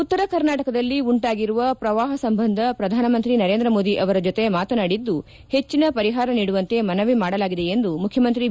ಉತ್ತರ ಕರ್ನಾಟಕದಲ್ಲಿ ಉಂಟಾಗಿರುವ ಪ್ರವಾಪ ಸಂಬಂಧ ಪ್ರಧಾನಮಂತ್ರಿ ನರೇಂದ್ರ ಮೋದಿ ಅವರ ಜೊತೆ ಮಾತನಾಡಿದ್ದು ಹೆಚ್ಚಿನ ಪರಿಪಾರ ನೀಡುವಂತೆ ಮನವಿ ಮಾಡಲಾಗಿದೆ ಎಂದು ಮುಖ್ಯಮಂತ್ರಿ ಬಿ